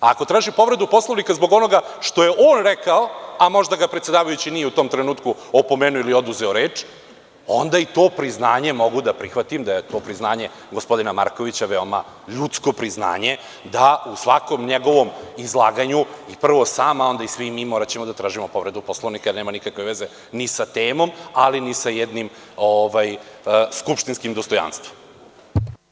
Ako traži povredu Poslovnika zbog onoga što je on rekao, a možda ga predsedavajući nije u tom trenutku opomenuo ili oduzeo reč, onda i to priznanje mogu da prihvatim da je to priznanje gospodina Markovića, veoma ljudsko priznanje, da u svakom njegovom izlaganju, prvo sam on, a onda i svi mi moraćemo da tražimo povredu Poslovnika, jer nema nikakve veze ni sa temom, ali ni sa jednim skupštinskim dostojanstvom.